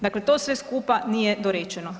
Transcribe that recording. Dakle, to sve skupa nije dorečeno.